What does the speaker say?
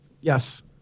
Yes